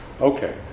Okay